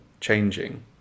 changing